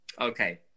Okay